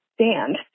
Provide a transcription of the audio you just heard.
stand